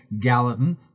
Gallatin